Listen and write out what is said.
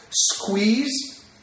Squeeze